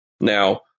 Now